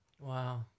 Wow